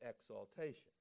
exaltation